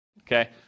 okay